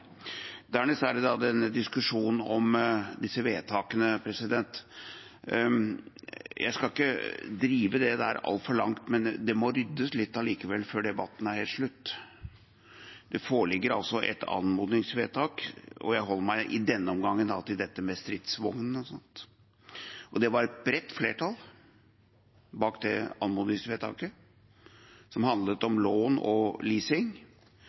Dernest er det diskusjonen om disse vedtakene: Jeg skal ikke drive dette altfor langt, men det må likevel ryddes litt før debatten er helt slutt. Det foreligger altså et anmodningsvedtak, og jeg holder meg i denne omgang til dette med stridsvognene og sånt. Det var et bredt flertall bak det anmodningsvedtaket, som handlet om lån og